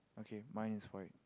okay my is right